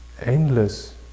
endless